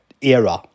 era